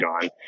gone